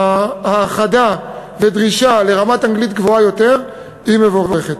האחדה ודרישה לרמת אנגלית גבוהה יותר היא מבורכת.